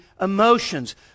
emotions